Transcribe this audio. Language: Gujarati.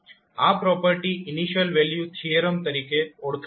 આ પ્રોપર્ટી ઇનિશિયલ વેલ્યુ થીયરમ તરીકે ઓળખાય છે